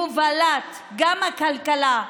גם בהובלת הכלכלה,